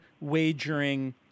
wagering